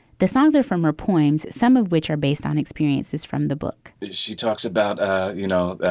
the songs are from her poems, some of which are based on experiences from the book she talks about you know,